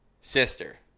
Sister